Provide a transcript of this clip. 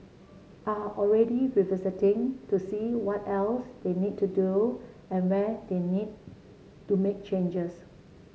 are already revisiting to see what else they need to do and where they need to make changes